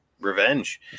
Revenge